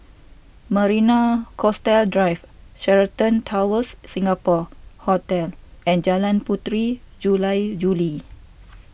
Marina Coastal Drive Sheraton Towers Singapore Hotel and Jalan Puteri Jula Juli